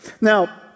Now